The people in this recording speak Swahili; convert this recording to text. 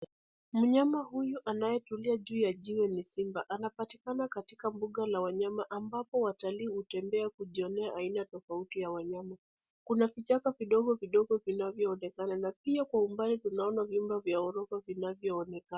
Mnyama huyu anayetulia juu ya jiwe ni simba. Anapatikana katika mbuga la wanyama ambapo watalii hutembea kujionea aina tofauti ya wanyama. Kuna vichaka vidogovidogo vinavyoonekana, na pia kwa umbali tunaona vyumba vya ghorofa vinavyoonekana.